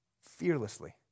fearlessly